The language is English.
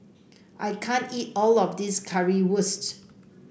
I can't eat all of this Currywurst